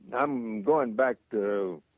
am going back to,